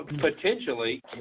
potentially